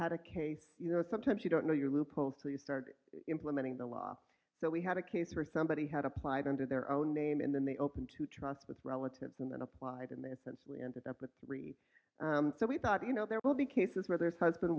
had a case you know sometimes you don't know your loopholes so you start implementing the law so we had a case where somebody had applied under their own name and then they open to trust with relatives and then applied in that sense we ended up with three so we thought you know there will be cases where there's husband